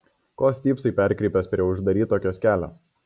ko stypsai perkrypęs prie uždaryto kioskelio